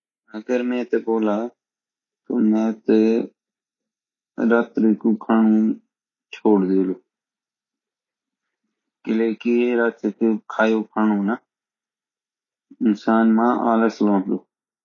अगर मैं ते बोलला तो मैं रात्रि को खाणु छोड़ दियोलु किलैकि रात्रि कु खाइयो खाणु इंसान मा आलस लोन्दु